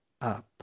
up